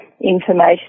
information